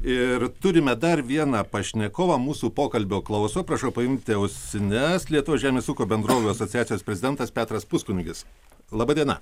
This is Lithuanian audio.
ir turime dar vieną pašnekovą mūsų pokalbio klauso prašau paimti ausines lietuvos žemės ūkio bendrovių asociacijos prezidentas petras puskunigis laba diena